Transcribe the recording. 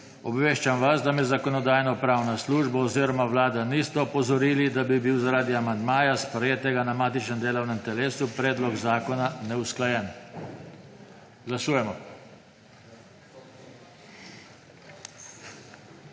Obveščam vas, da me Zakonodajno-pravna služba oziroma Vlada nista opozorili, da bi bil zaradi amandmajev, sprejetih na matičnem delovnem telesu, predlog zakona neusklajen. Glasujemo.